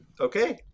okay